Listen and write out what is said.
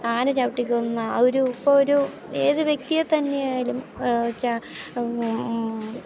ആന ചവിട്ടിക്കൊന്ന ആ ഒരു ഇപ്പോൾ ഒരു ഏത് വ്യക്തിയെ തന്നെയായാലും